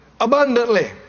abundantly